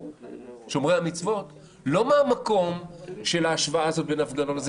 שומרי המצוות מהמקום הזה של ההשוואה בין ההפגנות לתפילות.